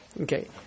Okay